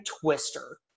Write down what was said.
Twister